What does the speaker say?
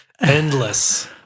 endless